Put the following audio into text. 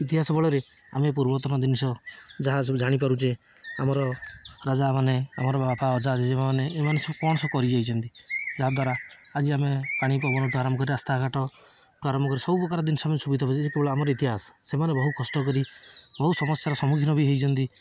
ଇତିହାସ ବଳରେ ଆମେ ପୂର୍ବତନ ଜିନିଷ ଯାହା ସବୁ ଜାଣିପାରୁଛେ ଆମର ରାଜାମାନେ ଆମର ବାପା ଅଜା ଜେଜେମାଆ ମାନେ ଏମାନେ ସବୁ କ'ଣ ସବୁ କରିଯାଇଛନ୍ତି ଯାହାଦ୍ୱାରା ଆଜି ଆମେ ପାଣି ପବନଠୁ ଆରମ୍ଭ କରି ରାସ୍ତାଘାଟଠୁ ଆରମ୍ଭ କରି ସବୁ ପ୍ରକାର ଜିନିଷ ଆମେ ସୁବିଧା ପାଉଛେ ଯେତେବେଳେ ଆମର ଇତିହାସ ସେମାନେ ବହୁ କଷ୍ଟ କରି ବହୁ ସମସ୍ୟାର ସମ୍ମୁଖୀନ ବି ହେଇଛନ୍ତି